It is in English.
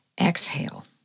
Exhale